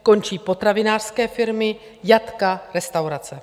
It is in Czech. Končí potravinářské firmy, jatka, restaurace.